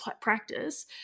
practice